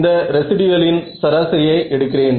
இந்த ரெஸிடுயலின் சராசரியை எடுக்கிறேன்